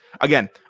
Again